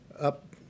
up